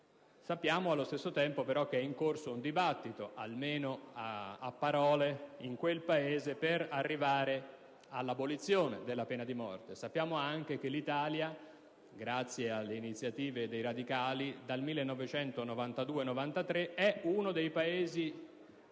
sappiamo però che è in corso un dibattito, almeno a parole, in quel Paese per arrivare all'abolizione della pena di morte e sappiamo anche che l'Italia, grazie alle iniziative dei radicali, dal 1992-1993 è uno dei Paesi